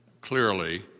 clearly